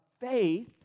faith